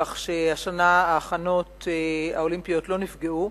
כך שהשנה ההכנות האולימפיות לא נפגעו.